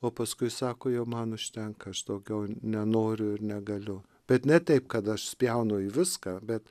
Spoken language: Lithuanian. o paskui sako jau man užtenka aš daugiau nenoriu ir negaliu bet ne taip kad aš spjaunu į viską bet